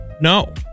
no